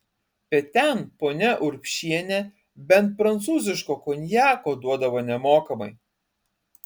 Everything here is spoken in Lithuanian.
bet ten ponia urbšienė bent prancūziško konjako duodavo nemokamai